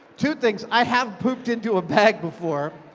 two things. i have pooped into a bag before.